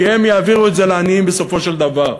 כי הם יעבירו את זה לעניים בסופו של דבר.